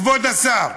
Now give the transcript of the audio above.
כבוד השר,